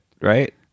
right